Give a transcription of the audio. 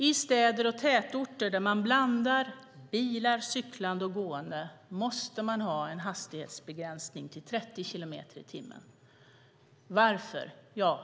I städer och tätorter där man blandar bilar, cyklande och gående måste man ha en hastighetsbegränsning på 30 kilometer i timmen. Varför?